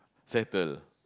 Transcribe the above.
settle